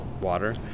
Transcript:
water